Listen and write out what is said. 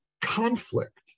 conflict